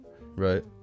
Right